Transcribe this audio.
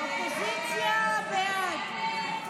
הסתייגות 703 לא נתקבלה.